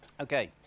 Okay